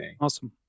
Awesome